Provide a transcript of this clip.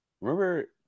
Remember